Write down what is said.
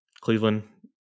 Cleveland